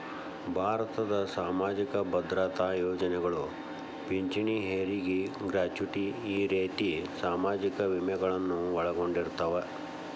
ಭಾರತದ್ ಸಾಮಾಜಿಕ ಭದ್ರತಾ ಯೋಜನೆಗಳು ಪಿಂಚಣಿ ಹೆರಗಿ ಗ್ರಾಚುಟಿ ಈ ರೇತಿ ಸಾಮಾಜಿಕ ವಿಮೆಗಳನ್ನು ಒಳಗೊಂಡಿರ್ತವ